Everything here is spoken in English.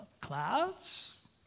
clouds